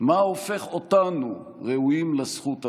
מה הופך אותנו ראויים לזכות הזאת,